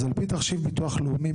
אז על פי תחשיב ביטוח לאומי,